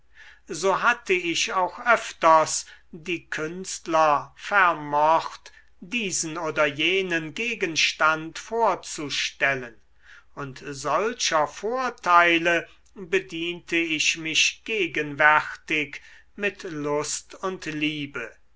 so hatte ich auch öfters die künstler vermocht diesen oder jenen gegenstand vorzustellen und solcher vorteile bediente ich mich gegenwärtig mit lust und liebe